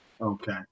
Okay